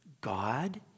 God